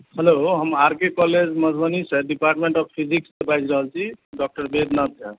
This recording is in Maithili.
हेल्लो हम आर के कॉलेज मधुबनी सॅं डिपार्टमेंट ऑफ फिजिक्स बाजि रहल छी डाक्टर वैद्यनाथ झा